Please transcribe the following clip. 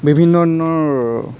বিভিন্ন ধৰণৰ